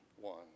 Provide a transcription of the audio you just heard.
one